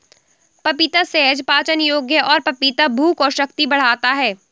पपीता सहज पाचन योग्य है और पपीता भूख और शक्ति बढ़ाता है